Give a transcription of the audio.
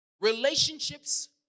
Relationships